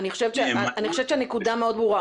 אני חושבת שהנקודה מאוד ברורה.